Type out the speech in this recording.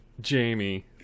Jamie